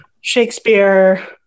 Shakespeare